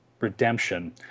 redemption